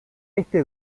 este